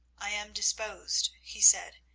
i am disposed, he said,